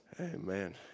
Amen